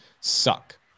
suck